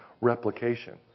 replication